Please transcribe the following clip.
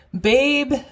Babe